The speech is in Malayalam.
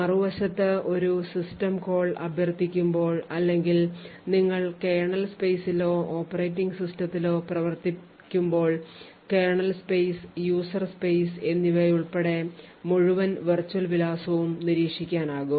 മറുവശത്ത് ഒരു സിസ്റ്റം കോൾ അഭ്യർത്ഥിക്കുമ്പോൾ അല്ലെങ്കിൽ നിങ്ങൾ കേർണൽ സ്പെയ്സിലോ ഓപ്പറേറ്റിംഗ് സിസ്റ്റത്തിലോ പ്രവർത്തിക്കുമ്പോൾ കേർണൽ സ്പേസ് യൂസർ സ്പേസ് എന്നിവയുൾപ്പെടെ മുഴുവൻ വിർച്വൽ വിലാസവും നിരീക്ഷിക്കാനാകും